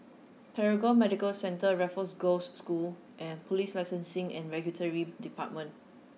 Paragon Medical Centre Raffles Girls' School and Police Licensing and Regulatory Department